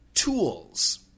tools